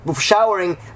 showering